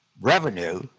revenue